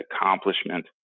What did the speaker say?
accomplishment